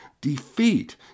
defeat